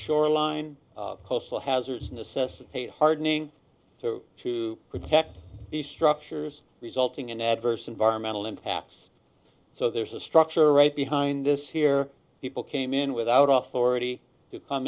shoreline coastal hazards necessitate hardening to to protect these structures resulting in adverse environmental impacts so there's a structure right behind this here people came in without